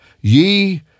Ye